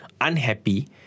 unhappy